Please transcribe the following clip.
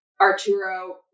arturo